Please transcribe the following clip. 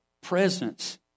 presence